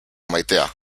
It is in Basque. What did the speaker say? maitea